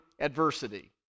adversity